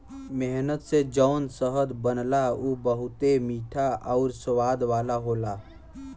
मेहनत से जौन शहद बनला उ बहुते मीठा आउर स्वाद वाला होला